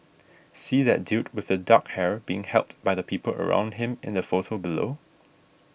see that dude with the dark hair being helped by the people around him in the photo below